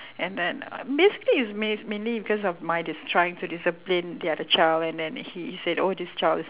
and then basically it's main~ mainly because of my dis~ trying to discipline the other child and then he is an oldest child it's